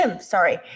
Sorry